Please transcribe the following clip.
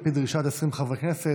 על פי דרישת 20 חברי כנסת.